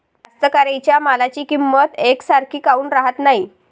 कास्तकाराइच्या मालाची किंमत यकसारखी काऊन राहत नाई?